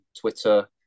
Twitter